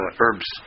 herbs